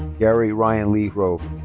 gary ryan lee rohe.